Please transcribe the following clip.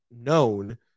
known